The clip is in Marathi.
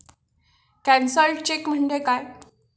कॅन्सल्ड चेक म्हणजे काय?